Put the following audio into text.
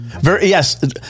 Yes